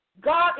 God